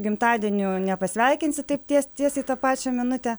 gimtadieniu nepasveikinsi taip ties tiesiai tą pačią minutę